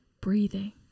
breathing